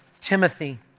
Timothy